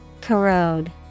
corrode